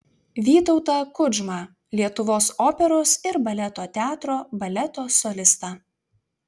vytautą kudžmą lietuvos operos ir baleto teatro baleto solistą